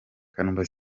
kanumba